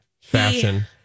Fashion